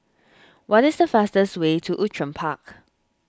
what is the fastest way to Outram Park